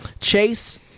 Chase